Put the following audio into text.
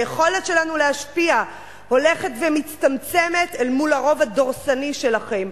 היכולת שלנו להשפיע הולכת ומצטמצמת אל מול הרוב הדורסני שלכם.